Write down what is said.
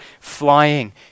flying